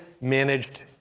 managed